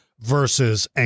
Versus